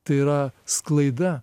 tai yra sklaida